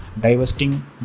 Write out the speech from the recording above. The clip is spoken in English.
divesting